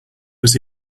was